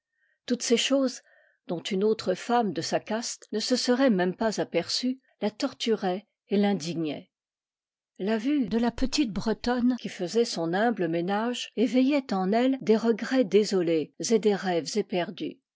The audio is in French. toutes ces choses dont une autre femme de sa caste ne se serait même pas aperçue la torturaient et l'indignaient la vue de la petite bretonne qui faisait son humble ménage éveillait en elle des regrets désolés et des rêves éperdus